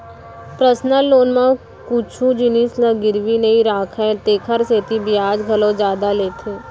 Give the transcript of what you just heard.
personal loan म कुछु जिनिस ल गिरवी नइ राखय तेकर सेती बियाज घलौ जादा लेथे